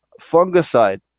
fungicide